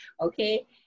okay